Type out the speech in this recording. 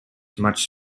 much